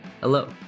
hello